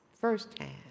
firsthand